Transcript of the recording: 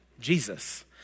Jesus